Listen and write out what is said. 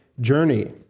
journey